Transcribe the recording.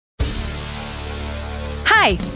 hi